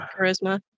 charisma